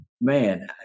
Man